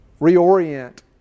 reorient